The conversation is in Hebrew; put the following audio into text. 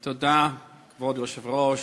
תודה, כבוד היושב-ראש.